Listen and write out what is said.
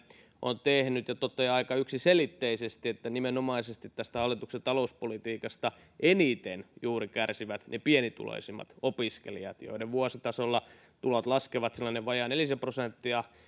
on tehnyt hän toteaa aika yksiselitteisesti että nimenomaisesti tästä hallituksen talouspolitiikasta eniten kärsivät juuri ne pienituloisimmat opiskelijat joiden tulot vuositasolla laskevat vajaat nelisen prosenttia